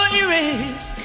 erase